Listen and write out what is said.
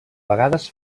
vegades